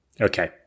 Okay